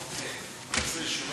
ההצעה